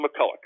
mcculloch